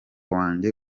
wanjye